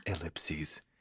ellipses